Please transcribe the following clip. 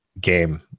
game